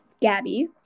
Gabby